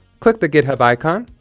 click the github icon,